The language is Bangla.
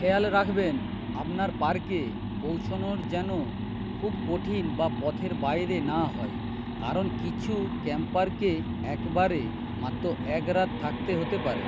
খেয়াল রাখবেন আপনার পার্কে পৌঁছোনোর যেন খুব কঠিন বা পথের বাইরে না হয় কারণ কিছু ক্যাম্পারকে একবারে মাত্র এক রাত থাকতে হতে পারে